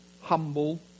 humble